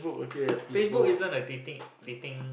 Facebook isn't a dating dating